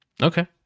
Okay